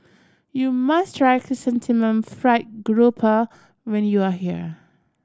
you must try Chrysanthemum Fried Grouper when you are here